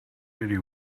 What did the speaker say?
city